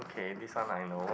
okay this one I know